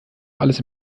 alles